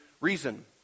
reason